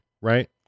right